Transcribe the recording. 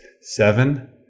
seven